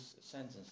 sentence